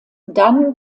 dann